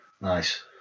nice